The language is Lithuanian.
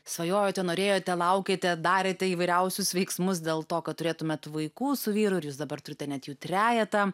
svajojote norėjote laukėte darėte įvairiausius veiksmus dėl to kad turėtumėt vaikų su vyru ir jūs dabar turite net jų trejetą